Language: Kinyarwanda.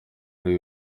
ari